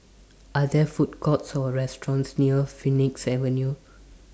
Are There Food Courts Or restaurants near Phoenix Avenue